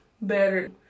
better